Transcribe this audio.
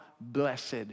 blessed